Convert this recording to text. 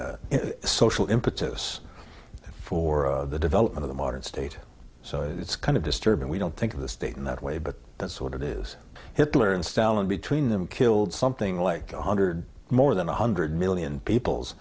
the social impetus for the development of a modern state so it's kind of disturbing we don't think of the state in that way but that's what it is hitler and stalin between them killed something like one hundred more than one hundred million people